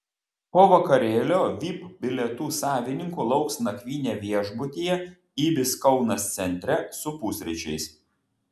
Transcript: po vakarėlio vip bilietų savininkų lauks nakvynė viešbutyje ibis kaunas centre su pusryčiais